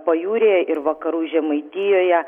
pajūryje ir vakarų žemaitijoje